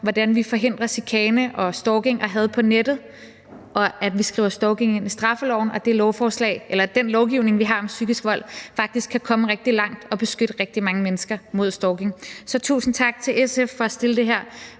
hvordan vi forhindrer chikane, stalking og had på nettet, og det, at vi skriver stalking ind i straffeloven, og den lovgivning, vi har om psykisk vold, faktisk kan komme rigtig langt og beskytte rigtig mange mennesker mod stalking. Så tusind tak til SF for at fremsætte det her